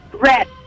Red